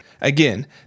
Again